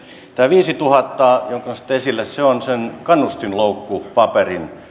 tämä viisituhatta jonka nostitte esille on sen kannustinloukkupaperin